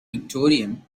victorian